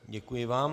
Děkuji vám.